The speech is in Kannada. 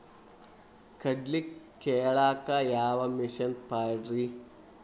ಕಡ್ಲಿ ಕೇಳಾಕ ಯಾವ ಮಿಷನ್ ಪಾಡ್ರಿ?